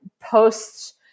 post